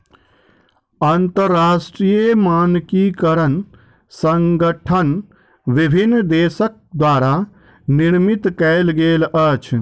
अंतरराष्ट्रीय मानकीकरण संगठन विभिन्न देसक द्वारा निर्मित कयल गेल अछि